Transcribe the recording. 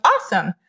awesome